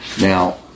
Now